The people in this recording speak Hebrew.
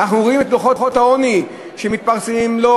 אנחנו רואים את דוחות העוני שהתפרסמו לא